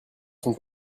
sont